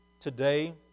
today